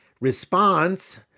Response